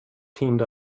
teamed